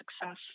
success